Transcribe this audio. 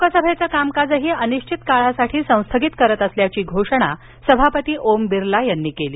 लोकसभेचं कामकाजही अनिश्चित काळासाठी संस्थगित करत असल्याची घोषणा सभापती ओम बिर्ला यांनी केली